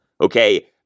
okay